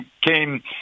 came